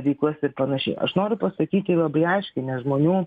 veiklas ir panašiai aš noriu pasakyti labai aiškiai ne žmonių